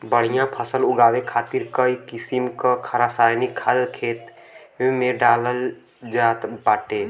बढ़िया फसल उगावे खातिर कई किसिम क रासायनिक खाद खेते में डालल जात बाटे